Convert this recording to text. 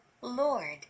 Lord